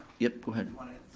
yeah, go ahead.